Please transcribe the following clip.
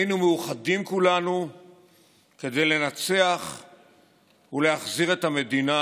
היינו מאוחדים כולנו כדי לנצח ולהחזיר את המדינה